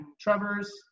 trevor's